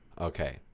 Okay